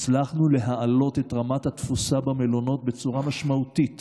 הצלחנו להעלות את רמת התפוסה במלונות בצורה משמעותית